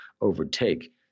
overtake